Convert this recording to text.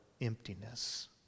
emptiness